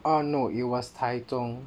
oh no it was taichung